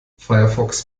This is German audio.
firefox